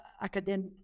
academic